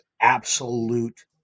absolute